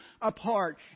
apart